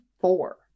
four